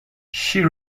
she